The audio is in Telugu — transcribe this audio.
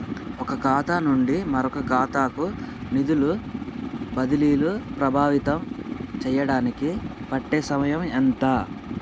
ఒక ఖాతా నుండి మరొక ఖాతా కు నిధులు బదిలీలు ప్రభావితం చేయటానికి పట్టే సమయం ఎంత?